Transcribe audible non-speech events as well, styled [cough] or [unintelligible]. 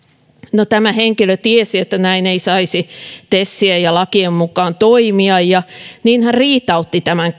no tämä henkilö tiesi että näin ei saisi tesien ja lakien mukaan toimia ja niin hän riitautti tämän [unintelligible]